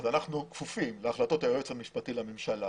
אנחנו כפופים להחלטות היועץ המשפטי לממשלה